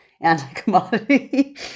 anti-commodity